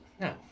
No